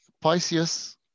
Pisces